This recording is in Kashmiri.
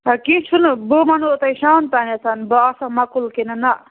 آ کیٚنہہ چھُنہٕ بہٕ وَنو تۄہہِ شام تانٮ۪تھ بہٕ آسا مَکُل کِنہٕ نہ